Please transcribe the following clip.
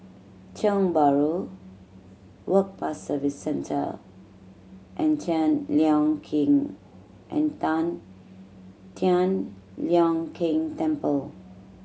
Tiong Bahru Work Pass Service Centre and Tian Leong Keng and Tan Tian Leong Keng Temple